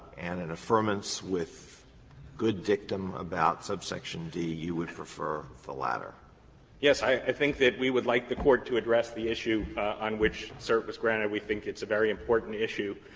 and an affirmance with good dictum about subsection d, you would prefer the latter? roberts yes, i think that we would like the court to address the issue on which cert was granted. we think it's a very important issue.